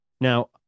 Now